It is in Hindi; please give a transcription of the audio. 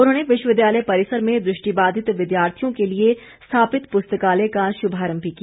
उन्होंने विश्वविद्यालय परिसर में दृष्टिबाधित विद्यार्थियों के लिए स्थापित पुस्तकालय का श्भारंभ भी किया